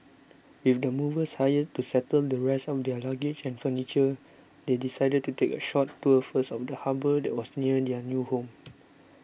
with the movers hired to settle the rest of their luggage and furniture they decided to take a short tour first of the harbour that was near their new home